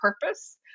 purpose